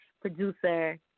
producer